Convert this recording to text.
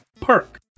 perk